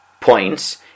Points